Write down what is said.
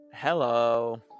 hello